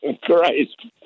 Christ